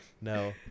No